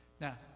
now